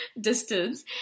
distance